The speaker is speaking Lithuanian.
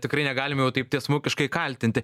tikrai negalime jau taip tiesmukiškai kaltinti